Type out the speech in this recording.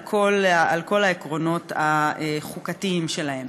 על כל העקרונות החוקתיים שלהם.